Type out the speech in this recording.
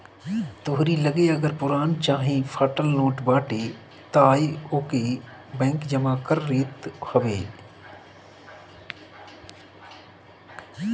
तोहरी लगे अगर पुरान चाहे फाटल नोट बाटे तअ ओके बैंक जमा कर लेत हवे